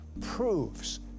proves